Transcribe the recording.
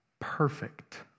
perfect